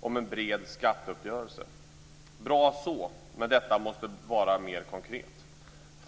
om en bred skatteuppgörelse. Det är bra så, men det måste vara mer konkret.